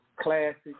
classic